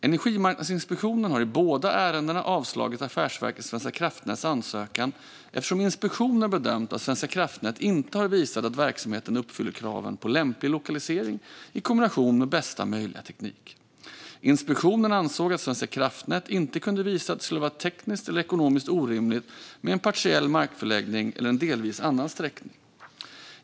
Energimarknadsinspektionen har i båda ärendena avslagit Affärsverket svenska kraftnäts ansökan eftersom inspektionen bedömt att Svenska kraftnät inte har visat att verksamheten uppfyller kraven på lämplig lokalisering i kombination med bästa möjliga teknik. Inspektionen ansåg att Svenska kraftnät inte kunde visa att det skulle vara tekniskt eller ekonomiskt orimligt med en partiell markförläggning eller en delvis annan sträckning.